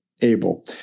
Abel